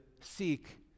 seek